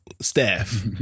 staff